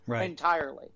entirely